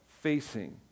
facing